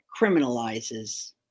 Criminalizes